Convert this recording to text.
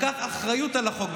לקח אחריות על החוק.